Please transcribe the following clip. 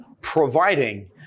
providing